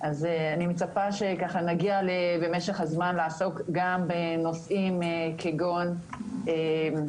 אז אני מצפה שככה נגיע במשך הזמן לעסוק גם בנושאים כגון הכנסה,